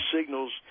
signals